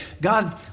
God